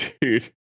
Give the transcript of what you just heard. dude